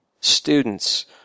students